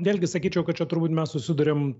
vėlgi sakyčiau kad čia turbūt mes susiduriam